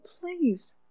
please